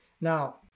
Now